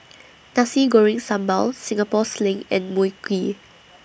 Nasi Goreng Sambal Singapore Sling and Mui Kee